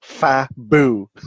Fabu